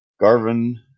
Garvin